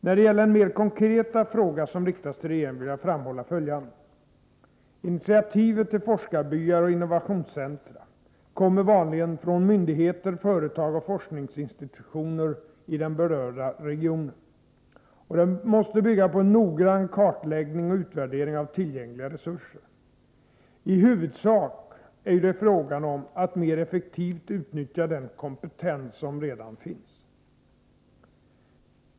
När det gäller den mera konkreta fråga som riktas till regeringen vill jag framhålla följande. Initiativet till forskarbyar och innovationscentra kommer vanligen från myndigheter, företag och forskningsinstitutioner i den berörda regionen. Och det måste bygga på en noggrann kartläggning och värdering av tillgängliga resurser. I huvudsak är det ju fråga om att mer effektivt utnyttja den kompetens som redan finns.